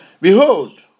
Behold